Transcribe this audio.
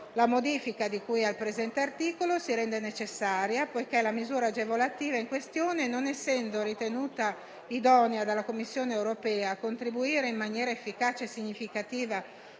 La modifica di cui al presente articolo si rende necessaria poiché la misura agevolativa in questione, non essendo ritenuta idonea dalla Commissione europea a contribuire in maniera efficace e significativa